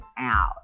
out